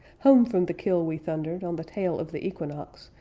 home from the kill we thundered on the tail of the equinox,